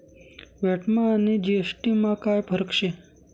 व्हॅटमा आणि जी.एस.टी मा काय फरक शे?